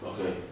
Okay